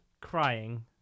Crying